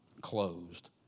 closed